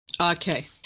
Okay